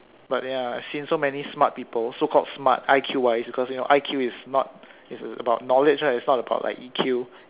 but ya I've seen so many smart people so called smart I_Q wise because you know I_Q is not is about knowledge right it's not about like E_Q